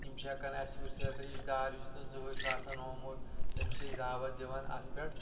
یِم چھِ ہٮ۪کَان اَسہِ وٕچھِتھ رِشتہٕ دار یُس نہٕ زٕہٕنۍ چھِ آسَن آمُت تٔمِس چھِ أسۍ دعوت دِوان اَتھ پٮ۪ٹھ